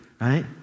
right